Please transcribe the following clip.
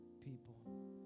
people